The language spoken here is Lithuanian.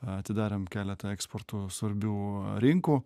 atidarėm keletą eksportų svarbių rinkų